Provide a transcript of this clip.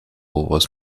was